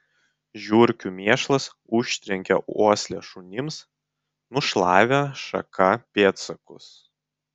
žiurkių mėšlas užtrenkė uoslę šunims nušlavė šaka pėdsakus